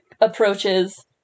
approaches